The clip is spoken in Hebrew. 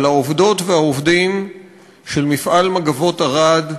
על העובדות והעובדים של מפעל "מגבות ערד",